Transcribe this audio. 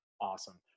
Awesome